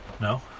No